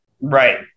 Right